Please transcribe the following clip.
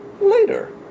later